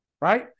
right